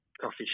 coffee